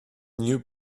knew